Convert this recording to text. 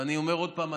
ואני אומר עוד פעם,